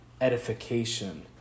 edification